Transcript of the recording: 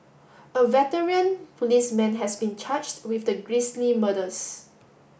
a veteran policeman has been charged with the grisly murders